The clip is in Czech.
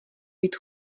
jít